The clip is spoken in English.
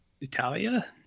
Italia